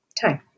time